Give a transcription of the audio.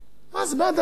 מה זה הדבר הזה?